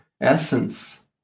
essence